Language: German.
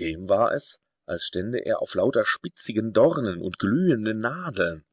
dem war es als stände er auf lauter spitzigen dornen und glühenden nadeln